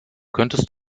könntest